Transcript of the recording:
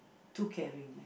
too caring